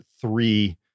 three